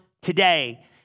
today